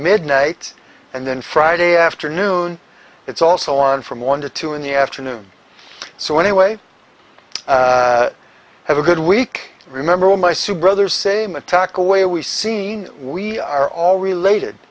midnight and then friday afternoon it's also on from one to two in the afternoon so anyway have a good week remember all my soup brothers same attack away we seen we are all related